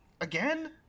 again